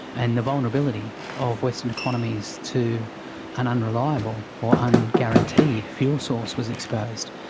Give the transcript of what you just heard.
and the vulnerability of western economies to an unreliable or unguaranteed fuel source was exposed.